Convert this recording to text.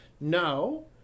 No